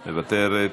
מוותרת,